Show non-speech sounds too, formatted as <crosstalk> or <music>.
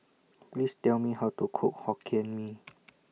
Please Tell Me How to Cook Hokkien Mee <noise>